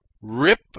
Rip